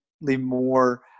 more